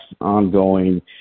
ongoing